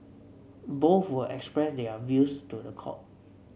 both will express their views to the court